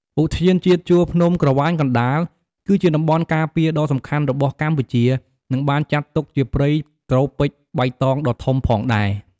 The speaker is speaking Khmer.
ឧទ្យានជាតិជួរភ្នំក្រវាញកណ្តាល គឺជាតំបន់ការពារដ៏សំខាន់របស់កម្ពុជា និងបានចាត់ទុកជាព្រៃត្រូពិចបៃតងដ៏ធំផងដែរ។